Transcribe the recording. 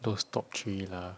those top three lah